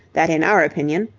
that in our opinion,